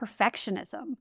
perfectionism